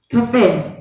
Confess